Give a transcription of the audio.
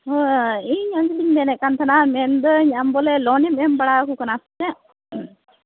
ᱦᱮᱸ ᱤᱧ ᱚᱧᱡᱚᱞᱤᱧ ᱢᱮᱱᱮᱫ ᱠᱟᱱ ᱛᱟᱦᱮᱱᱟ ᱢᱮᱱᱫᱟᱹᱧ ᱟᱢ ᱵᱚᱞᱮ ᱞᱳᱱ ᱮᱢ ᱮᱢ ᱵᱟᱲᱟ ᱟᱠᱚ ᱠᱟᱱᱟ ᱥᱮ ᱪᱮᱫ